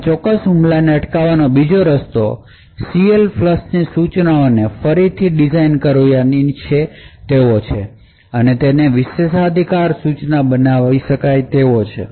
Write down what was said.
આ ચોક્કસ હુમલાને અટકાવવાનો બીજો રસ્તો CLFLUSH ની સૂચનાને ફરીથી ડિઝાઇન કરવી અને તેને વિશેષાધિકાર સૂચના બનાવવી તે છે